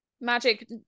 Magic